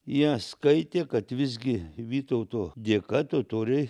jie skaitė kad visgi vytauto dėka totoriai